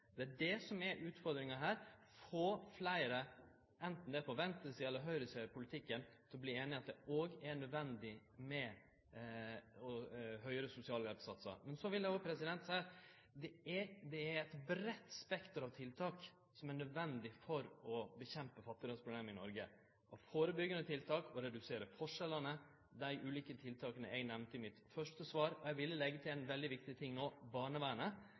det er det som er utfordringa her: få fleire – anten dei er på venstresida eller høgresida i politikken – til å verte einige om at det òg er nødvendig med høgare sosialhjelpssatsar. Eg vil òg seie at det er eit breitt spekter av tiltak som er nødvendig for å utrydde fattigdomsproblemet i Noreg. Det er førebyggjande tiltak for å redusere forskjellane – dei ulike tiltaka eg nemnde i mitt første svar. Eg vil leggje til ein veldig viktig ting